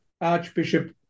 Archbishop